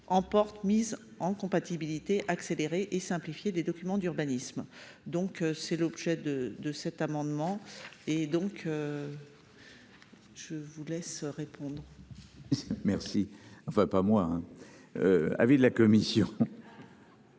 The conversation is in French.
emporte mise en compatibilité accélérer et simplifier les documents d'urbanisme, donc c'est l'objet de de cet amendement et donc. Je vous laisse répondre. Merci. Enfin pas moi un. Avis de la commission.